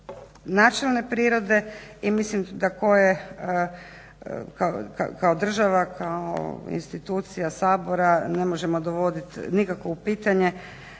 načelne prirode i mislim da koje kao država kao institucija Sabora ne možemo dovoditi nikako u pitanje